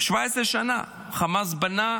17 שנה חמאס בנה